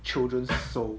children so